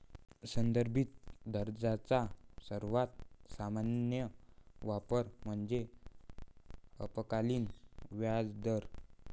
संदर्भित दरांचा सर्वात सामान्य वापर म्हणजे अल्पकालीन व्याजदर